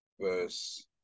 verse